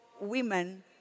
Women